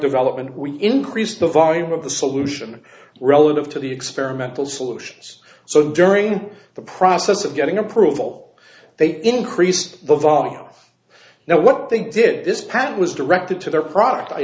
development we increase the volume of the solution relative to the experimental solutions so during the process of getting approval they increased the volume now what they did this patent was directed to their product i